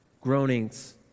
Groanings